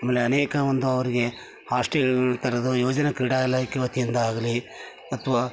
ಆಮೇಲೆ ಅನೇಕ ಒಂದು ಅವರಿಗೆ ಹಾಸ್ಟೆಲ್ ಥರದ್ದು ಯೋಜನೆ ಕ್ರೀಡಾ ಇಲಾಖೆ ವತಿಯಿಂದ ಆಗಲೀ ಅಥ್ವಾ